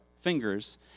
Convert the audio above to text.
fingers